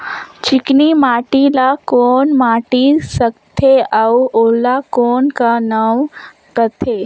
चिकनी माटी ला कौन माटी सकथे अउ ओला कौन का नाव काथे?